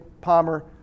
Palmer